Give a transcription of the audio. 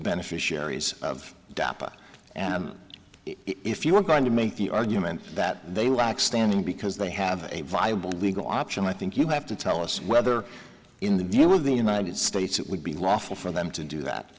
beneficiaries of data and if you are going to make the argument that they lack standing because they have a viable legal option i think you have to tell us whether in the deal of the united states it would be lawful for them to do that